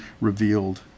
revealed